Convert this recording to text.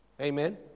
Amen